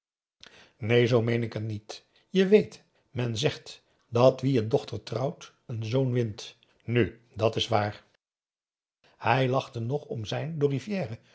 neen zoo meen ik het niet je weet men zegt dat wie een dochter trouwt n zoon wint nu dat is waar hij lachte nog om zijn door rivière